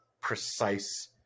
precise